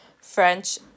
french